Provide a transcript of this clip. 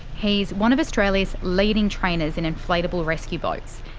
he's one of australia's leading trainers in inflatable rescue boats.